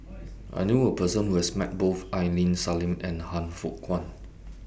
I knew A Person Who has Met Both Aini Salim and Han Fook Kwang